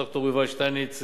ד"ר יובל שטייניץ,